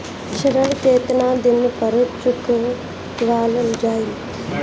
ऋण केतना दिन पर चुकवाल जाइ?